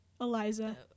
Eliza